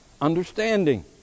understanding